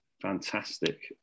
fantastic